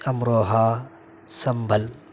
Amroha Sambhal